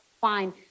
fine